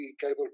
cable